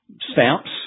stamps